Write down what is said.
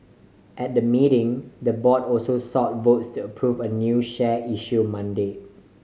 at the meeting the board also sought votes to approve a new share issue mandate